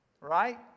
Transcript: Right